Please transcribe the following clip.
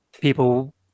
people